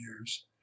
years